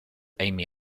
amy